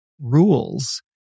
rules